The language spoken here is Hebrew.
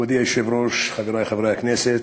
מכובדי היושב-ראש, חברי חברי הכנסת,